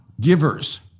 givers